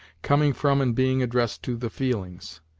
coming from and being addressed to the feelings.